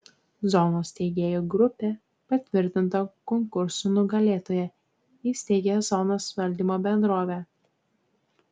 zonos steigėjų grupė patvirtinta konkurso nugalėtoja įsteigia zonos valdymo bendrovę